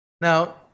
Now